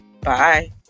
Bye